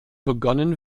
begonnen